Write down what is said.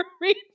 read